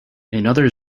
another